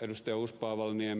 ed